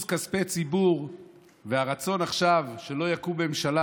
כספי הציבור והרצון עכשיו שלא תקום ממשלה,